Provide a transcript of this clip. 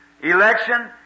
Election